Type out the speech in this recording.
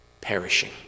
perishing